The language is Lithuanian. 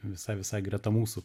visai visai greta mūsų